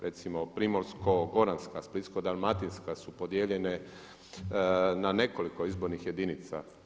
Recimo Primorsko-goranska, Splitsko-dalmatinska su podijeljene na nekoliko izbornih jedinica.